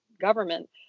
government